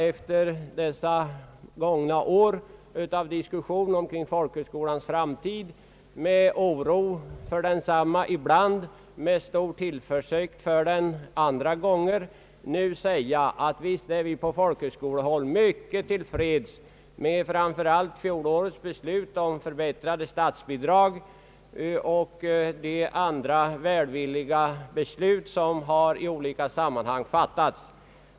Efter dessa långa år av diskussion omkring folkhögskolans framtid — ibland med oro för densamma och andra gånger med tillförsikt för den — vill jag nu bara säga att visst är vi på folkhögskolehåll mycket tillfreds med framför allt fjolårets beslut om förbättrade statsbidrag och de andra välvilliga beslut som i olika sammanhang har fattats.